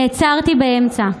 נעצרתי באמצע,